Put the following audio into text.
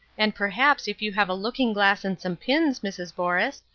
and perhaps if you have a looking-glass and some pins, mrs. borus,